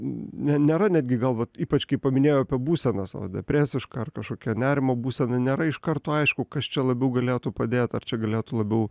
ne nėra netgi gal vat ypač kai paminėjo apie būsenas o depresiška ar kažkokia nerimo būsena nėra iš karto aišku kas čia labiau galėtų padėt ar čia galėtų labiau